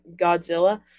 Godzilla